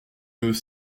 deux